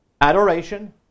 Adoration